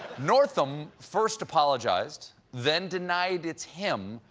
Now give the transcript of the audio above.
northam first apologized, then denied it's him,